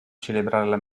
celebrare